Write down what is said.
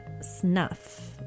Snuff